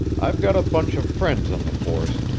i've got a bunch of friends on the force,